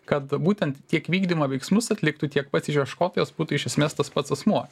kad būtent tiek vykdymo veiksmus atliktų tiek pats išieškotojas būtų iš esmės tas pats asmuo